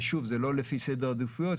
ושוב זה לא לפי סדר העדיפויות,